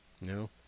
No